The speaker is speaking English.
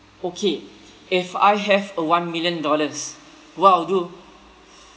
okay if I have a one million dollars what I'll do